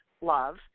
love